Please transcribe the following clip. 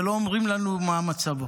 ולא אומרים לנו מה מצבו.